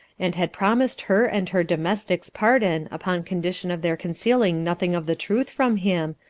and had promised her and her domestics pardon, upon condition of their concealing nothing of the truth from him,